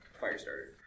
Firestarter